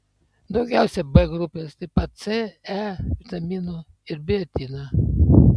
daugiausiai b grupės taip pat c e vitaminų ir biotino